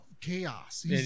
chaos